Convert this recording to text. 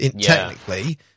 technically